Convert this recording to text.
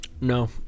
No